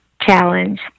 challenge